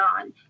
on